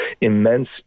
immense